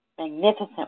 magnificent